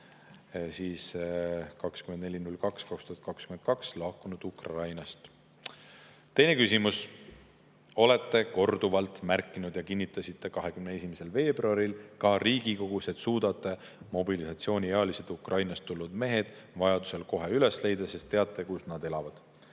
peale 24.02.2022 lahkunud Ukrainast. Teine küsimus: "Olete korduvalt märkinud ja kinnitasite 21. veebruaril ka siin Riigikogus, et suudate mobilisatsiooniealised Ukrainast tulnud mehed vajadusel kohe üles leida, sest teate, kus nad elavad.